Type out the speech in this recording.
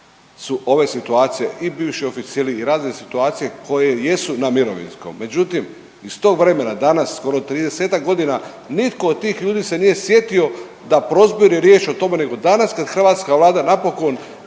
su ove situacije i bivši oficiri i razne situacije koje jesu na mirovinskom, međutim iz tog vremena danas skoro 30-tak godina nitko od tih ljudi se nije sjetio da prozbori riječ o tome nego danas kad hrvatska Vlada napokon,